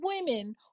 women